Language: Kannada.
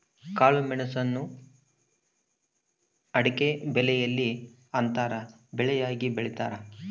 ಕಾಳುಮೆಣುಸ್ನ ಅಡಿಕೆಬೆಲೆಯಲ್ಲಿ ಅಂತರ ಬೆಳೆಯಾಗಿ ಬೆಳೀತಾರ